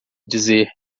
dizer